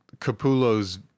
Capullo's